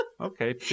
Okay